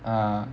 ah